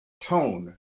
tone